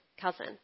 cousin